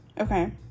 Okay